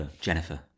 Jennifer